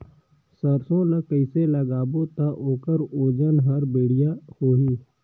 सरसो ला कइसे लगाबो ता ओकर ओजन हर बेडिया होही?